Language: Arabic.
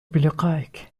بلقائك